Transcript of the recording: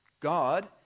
God